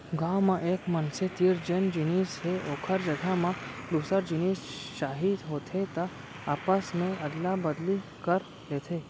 गाँव म एक मनसे तीर जेन जिनिस हे ओखर जघा म दूसर जिनिस चाही होथे त आपस मे अदला बदली कर लेथे